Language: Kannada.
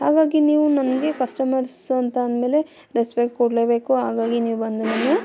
ಹಾಗಾಗಿ ನೀವು ನನಗೆ ಕಸ್ಟಮರ್ಸ್ ಅಂತ ಅಂದಮೇಲೆ ರೆಸ್ಪೆಕ್ಟ್ ಕೊಡಲೇಬೇಕು ಹಾಗಾಗಿ ನೀವು ಬಂದು ನನ್ನ